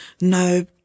no